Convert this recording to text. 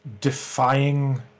defying